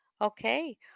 Okay